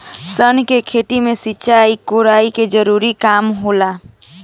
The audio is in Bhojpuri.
सन के खेती में सिंचाई, कोड़ाई के जरूरत कम होला